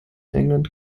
england